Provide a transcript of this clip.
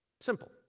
Simple